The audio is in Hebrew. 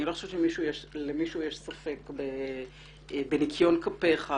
אני לא חושבת שלמישהו יש ספק בניקיון כפיך,